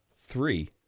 Three